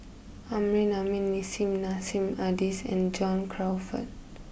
Amrin Amin Nissim Nassim Adis and John Crawfurd